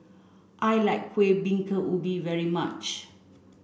I like Kuih Bingka Ubi very much